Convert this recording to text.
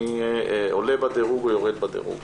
מי עולה בדירוג או יותר בדירוג.